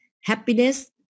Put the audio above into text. happiness